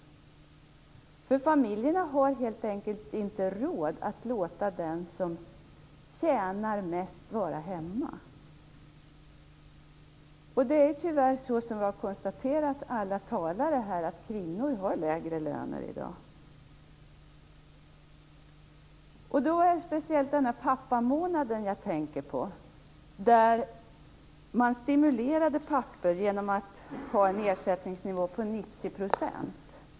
Familjerna har helt enkelt inte råd att låta den som tjänar mest vara hemma. Det är tyvärr så, vilket alla talare har konstaterat, att kvinnor har lägre löner i dag. Jag tänker speciellt på pappamånaden. Man stimulerade pappor genom att ha en ersättningsnivå på 90 %.